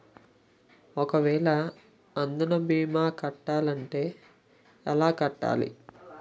ఒక వేల అందునా భీమా కట్టాలి అంటే ఎలా కట్టాలి?